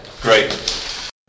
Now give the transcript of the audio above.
Great